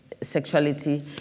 sexuality